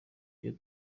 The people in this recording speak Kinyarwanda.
iyo